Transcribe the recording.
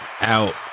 out